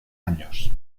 años